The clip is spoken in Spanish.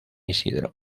isidro